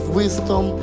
wisdom